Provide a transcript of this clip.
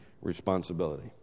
responsibility